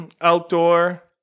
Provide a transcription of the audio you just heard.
Outdoor